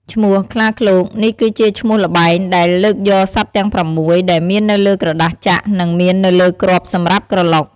ឈ្មោះ "ខ្លាឃ្លោក" នេះគឺជាឈ្មោះល្បែង ដែលលើកយកសត្វទាំងប្រាំមួយ ដែលមាននៅលើក្រដាសចាក់ និងមាននៅលើគ្រាប់សម្រាប់ក្រឡុក។